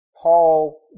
Paul